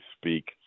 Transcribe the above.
speak